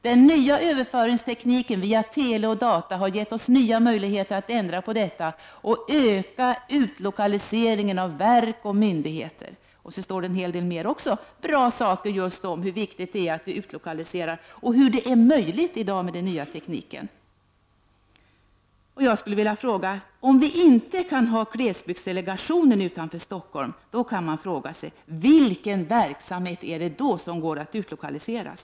Den nya överföringstekniken via tele och data har gett oss nya möjligheter att ändra på detta och öka utlokaliseringen av verk och myndigheter.” I motionen står också en hel del andra bra saker just om hur viktigt det är att vi utlokaliserar och hur det är möjligt i dag med den nya tekniken. Låt mig fråga: Om vi inte kan ha glesbygdsdelegationen utanför Stockholm, vilken verksamhet går det då att utlokalisera?